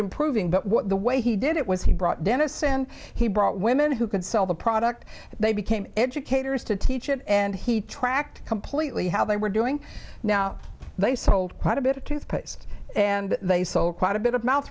improving but what the way he did it was he brought dennison he brought women who could sell the product they became educators to teach it and he tracked completely how they were doing now they sold quite a bit of toothpaste and they sold quite a bit of mouth